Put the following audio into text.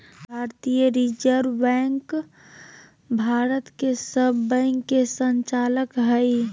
भारतीय reserve bank Bharat के सब बैंक के संचालक हइ